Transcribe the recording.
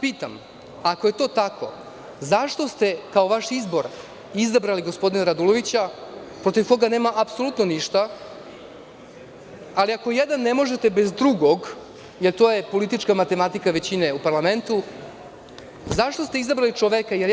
Pitam vas, ako je to tako, zašto ste kao vaš izbor izabrali gospodina Radulovića protiv koga nemam apsolutno ništa, ali ako ne možete jedan bez drugog, jer to je politička matematika većine u parlamentu, jer